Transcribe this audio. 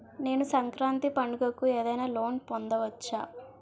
నేను సంక్రాంతి పండగ కు ఏదైనా లోన్ పొందవచ్చా?